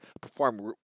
perform